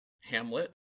Hamlet